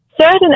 certain